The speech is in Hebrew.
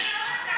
אני לא,